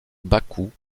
bakou